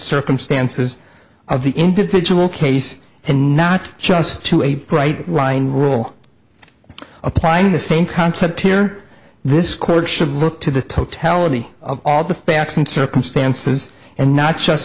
circumstances of the individual case and not just to a bright line rule applying the same concept here this court should look to the totality of all the facts and circumstances and not just